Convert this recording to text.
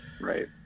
Right